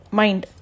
mind